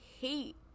hate